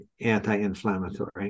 anti-inflammatory